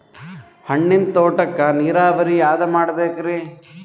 ಹಣ್ಣಿನ್ ತೋಟಕ್ಕ ನೀರಾವರಿ ಯಾದ ಮಾಡಬೇಕ್ರಿ?